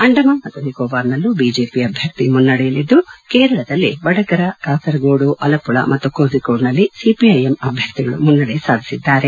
ಅಂಡಮಾನ್ ನಿಕೋಬಾರ್ನಲ್ಲೂ ಬಿಜೆಪಿ ಅಭ್ಯರ್ಥಿ ಮುನ್ನಡೆಯಲಿದ್ದು ಕೇರಳದಲ್ಲಿ ವಡಕರ ಕಾಸರಗೋಡು ಅಲಮಳ ಮತ್ತು ಕೋಝಿಕೋಡ್ನಲ್ಲಿ ಸಿಪಿಐಎಂ ಅಭ್ಯರ್ಥಿಗಳು ಮುನ್ನಡೆ ಸಾಧಿಸಿದ್ದಾರೆ